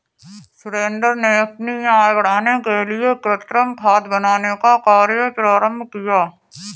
सुरेंद्र ने अपनी आय बढ़ाने के लिए कृमि खाद बनाने का कार्य प्रारंभ किया